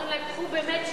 אומרים להם: קחו ב"מצ'ינג",